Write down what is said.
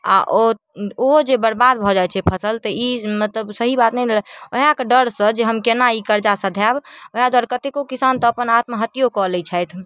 आओर ओ ओहो जे बर्बाद भऽ जाइ छै फसल तऽ ई मतलब सही बात नहि ने छै वएहके डरसँ जे हम केना ई कर्जा सधायब वएह दुआरे कतेको किसान तऽ अपन आत्महत्यो कऽ लै छथि